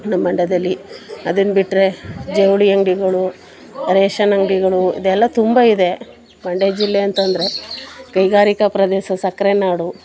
ನಮ್ಮ ಮಂಡ್ಯದಲ್ಲಿ ಅದನ್ನ ಬಿಟ್ಟರೆ ಜವಳಿ ಅಂಗಡಿಗಳು ರೇಷನ್ ಅಂಗಡಿಗಳು ಇದೆಲ್ಲ ತುಂಬ ಇದೆ ಮಂಡ್ಯ ಜಿಲ್ಲೆ ಅಂತ ಅಂದರೆ ಕೈಗಾರಿಕಾ ಪ್ರದೇಶ ಸಕ್ಕರೆ ನಾಡು